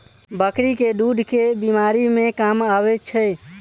बकरी केँ दुध केँ बीमारी मे काम आबै छै?